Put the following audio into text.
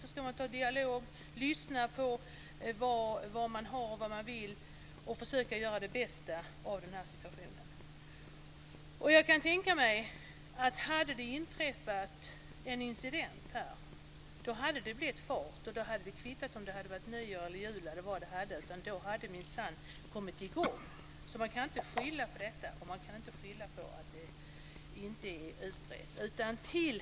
Då ska man ha en dialog och lyssna på vad de inblandade vill, och försöka göra det bästa av situationen. Jag kan tänka mig att det hade blivit mer fart om det hade inträffat en incident. Då hade det kvittat om det hade varit nyår eller jul. Då hade det minsann kommit i gång. Man kan inte skylla på detta, och man kan inte skylla på att frågan inte är utredd.